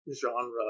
genre